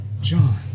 john